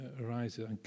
arises